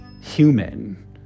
human